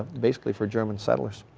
basically for german settlers.